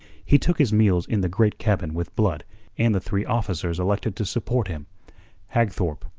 he took his meals in the great cabin with blood and the three officers elected to support him hagthorpe,